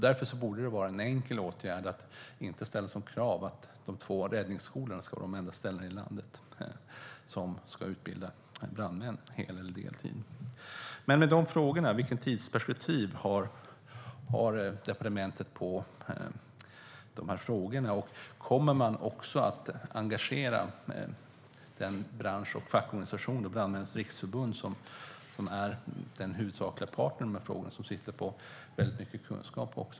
Därför borde det vara en enkel åtgärd att inte ställa som krav att de två räddningsskolorna ska vara de enda ställena i landet som utbildar brandmän på hel och deltid. Jag har alltså frågorna: Vilket tidsperspektiv har departementet i de här frågorna? Kommer man också att engagera den bransch och fackorganisation, Brandmännens Riksförbund, som är den huvudsakliga parten i de här frågorna och sitter på väldigt mycket kunskap?